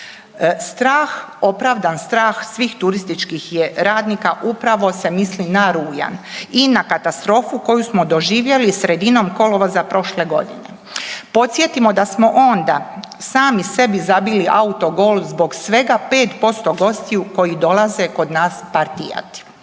Strah, opravdan strah svih turističkih je radnika upravo se misli na rujan i na katastrofu koju smo doživjeli sredinom kolovoza prošle godine. Podsjetimo da smo onda sami sebi zabili autogol zbog svega 5% gostiju koji dolaze kod nas partijati.